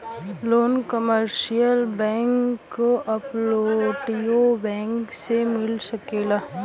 loan commercial bank cooperative bank से मिल सकेला